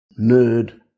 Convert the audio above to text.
nerd